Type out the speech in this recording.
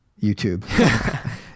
YouTube